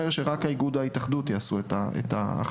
שרק האיגוד או ההתאחדות יעשו את ההכשרות.